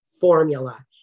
formula